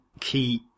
key